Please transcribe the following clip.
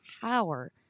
power